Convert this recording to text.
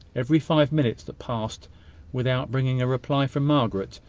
every five minutes that passed without bringing a reply from margaret,